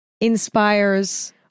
inspires